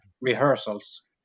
rehearsals